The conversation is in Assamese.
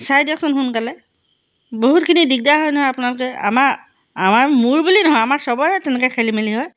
চাই দিয়কচোন সোনকালে বহুতখিনি দিগদাৰ হয় নহয় আপোনালোকে আমাৰ আমাৰ মোৰ বুলি নহয় আমাৰ সবৰে তেনেকৈ খেলি মেলি হয়